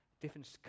different